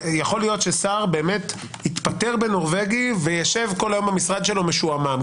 שיכול להיות ששר התפטר בנורבגי וישב כל היום במשרד שלו משועמם,